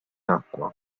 acqua